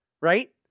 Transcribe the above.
right